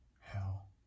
hell